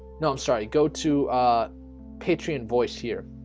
no i'm sorry go to patreon voice here,